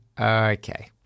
Okay